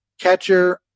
Catcher